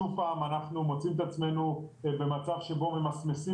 שוב פעם אנחנו מוצאים את עצמנו במצב שבו ממסמסים